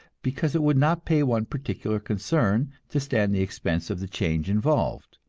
because it would not pay one particular concern to stand the expense of the changes involved.